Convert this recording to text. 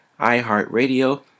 iHeartRadio